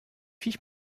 viech